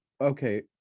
okay